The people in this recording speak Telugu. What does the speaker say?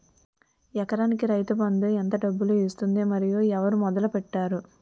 ఎకరానికి రైతు బందు ఎంత డబ్బులు ఇస్తుంది? మరియు ఎవరు మొదల పెట్టారు?